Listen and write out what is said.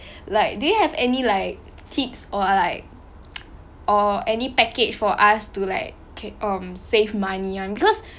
like they have any like tips or like or any package for us to like um save money [one] cause